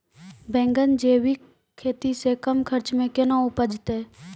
बैंगन जैविक खेती से कम खर्च मे कैना उपजते?